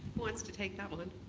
wants to take that one?